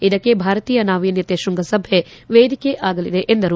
ಇದಕ್ಕೆ ಭಾರತೀಯ ನಾವೀನ್ನತೆ ಶ್ವಂಗಸಭೆ ವೇದಿಕೆ ಆಗಲಿ ಎಂದರು